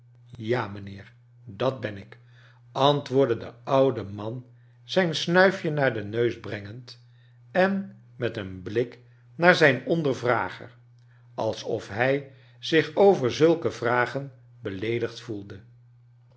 ja mijnheer dat ben ik amwoordcle de oude man zijn snuifje naar den neus brengend en met een blik naar zijn ondervrager alsof hij zich over zulke vragen beleedigd voelde